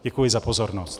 Děkuji za pozornost.